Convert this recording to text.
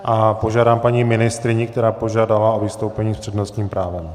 A požádám paní ministryni, která požádala o vystoupení s přednostním právem.